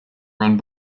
run